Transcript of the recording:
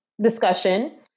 discussion